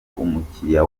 umukiliya